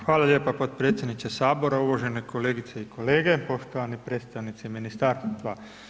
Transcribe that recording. Hvala lijepo potpredsjedniče Sabora, uvažene kolegice i kolege, poštovani predstavnici ministarstva.